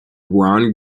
ron